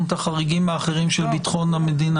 את החריגים האחרים של ביטחון המדינה.